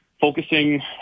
focusing